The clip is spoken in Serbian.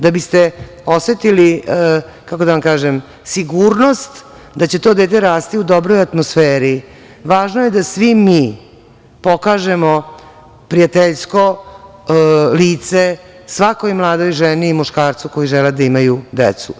Da biste osetili, kako da vam kažem, sigurnost da će to dete rasti u dobroj atmosferi važno je da svi mi pokažemo prijateljsko lice svakoj mladoj ženi i muškarcu koji žele da imaju decu.